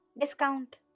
Discount